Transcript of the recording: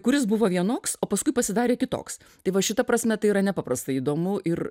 kuris buvo vienoks o paskui pasidarė kitoks tai va šita prasme tai yra nepaprastai įdomu ir